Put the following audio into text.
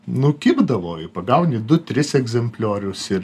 nu kibdavo pagauni du tris egzempliorius ir